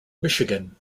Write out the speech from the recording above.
michigan